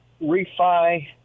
refi